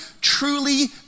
truly